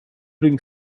bring